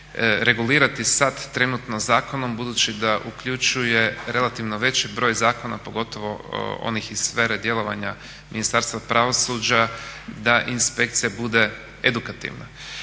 regulirati sada trenutno zakonom budući da uključuje relativno veći broj zakona pogotovo onih iz sfere djelovanja Ministarstva pravosuđa da inspekcija bude edukativna.